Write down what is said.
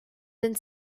then